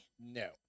No